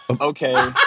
okay